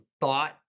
thought